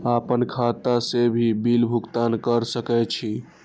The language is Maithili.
आपन खाता से भी बिल भुगतान कर सके छी?